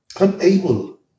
unable